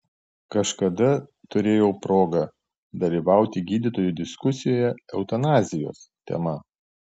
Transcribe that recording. kažkada turėjau progą dalyvauti gydytojų diskusijoje eutanazijos tema